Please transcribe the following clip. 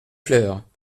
fleurs